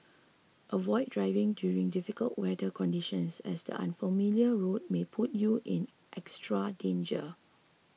avoid driving during difficult weather conditions as the unfamiliar roads may put you in extra danger